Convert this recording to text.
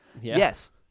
yes